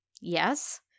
Yes